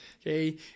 Okay